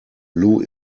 lou